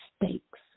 mistakes